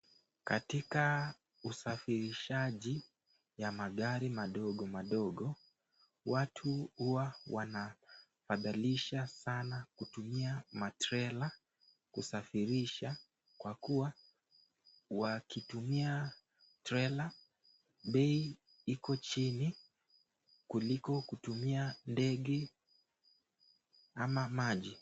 Katika usafirishaji ya magari madogo madogo, watu huwa wanafaidhalisha sana kutumia matrela kusafirisha kwa kuwa wakitumia trela bei iko chini kuliko kutumia ndege ama maji.